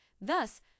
Thus